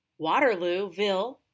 Waterlooville